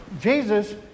Jesus